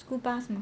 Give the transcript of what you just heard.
school bus mah